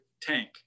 tank